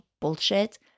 bullshit